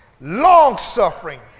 Long-suffering